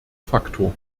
faktor